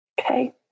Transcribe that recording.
Okay